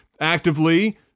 actively